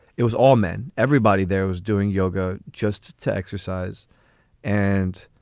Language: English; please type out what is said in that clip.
it was all men. everybody there was doing yoga just to exercise and.